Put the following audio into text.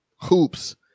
hoops